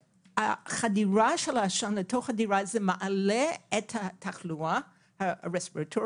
שמראה שחדירת העשן לתוך הדירה מעלה את התחלואה ב-20%.